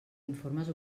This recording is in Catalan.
informes